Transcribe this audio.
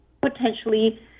potentially